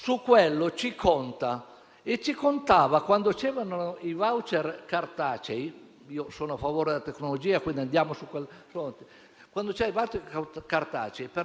Il Governo non l'ha accolta totalmente, perché era molto impegnato nella discussione e nel dirimere le questioni della maggioranza. Avremo il decreto agosto, ma dobbiamo prepararci davvero